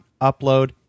upload